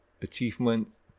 achievements